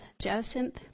jacinth